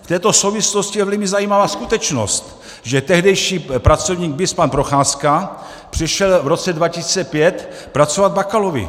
V této souvislosti je velmi zajímavá skutečnost, že tehdejší pracovník BIS pan Procházka přišel v roce 2005 pracovat Bakalovi.